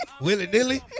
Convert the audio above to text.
willy-nilly